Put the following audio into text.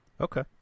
Okay